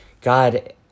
God